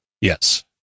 Yes